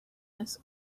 this